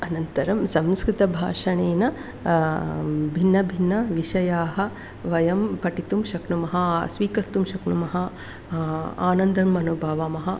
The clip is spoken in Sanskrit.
अनन्तरं संस्कृतभाषणेन भिन्नभिन्नविषयाः वयं पठितुं शक्नुमः स्वीकर्तुं शक्नुमः आनन्दम् अनुभवामः